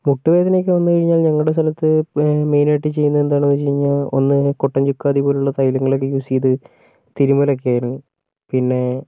മുട്ടുവേദനയൊക്കെ വന്നുകഴിഞ്ഞാൽ ഞങ്ങളുടെ സ്ഥലത്ത് മെയിനായിട്ട് ചെയ്യുന്നെ എന്താണെന്ന് വെച്ച് കഴിഞ്ഞാൽ ഒന്ന് കൊട്ടൻ ചുക്കാദി പോലുള്ള തൈലങ്ങളൊക്കെ യൂസ് ചെയ്ത് തിരുമ്മലൊക്കെയായിരുന്ന് പിന്നേ